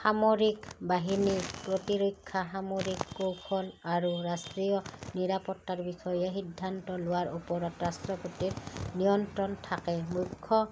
সামৰিক বাহিনী প্ৰতিৰক্ষা সামৰিক কৌশল আৰু ৰাষ্ট্ৰীয় নিৰাপত্তাৰ বিষয়ে সিদ্ধান্ত লোৱাৰ ওপৰত ৰাষ্ট্ৰপতিৰ নিয়ন্ত্ৰণ থাকে মুখ্য